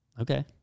Okay